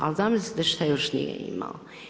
Ali zamislite šta još nije imao.